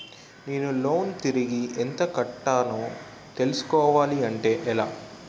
నేను లోన్ తిరిగి ఎంత కట్టానో తెలుసుకోవాలి అంటే ఎలా?